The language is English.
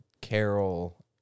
carol